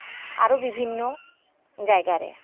ᱟᱨᱚ ᱵᱤᱵᱷᱤᱱᱱᱚ ᱡᱟᱭᱜᱟ ᱨᱮ